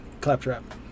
Claptrap